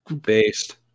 based